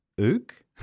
Ook